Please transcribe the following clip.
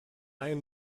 einen